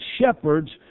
shepherds